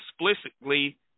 explicitly